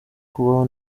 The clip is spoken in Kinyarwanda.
kubaho